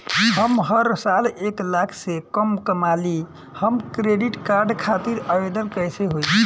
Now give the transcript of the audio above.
हम हर साल एक लाख से कम कमाली हम क्रेडिट कार्ड खातिर आवेदन कैसे होइ?